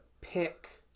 pick